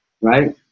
right